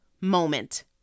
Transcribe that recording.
moment